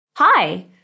Hi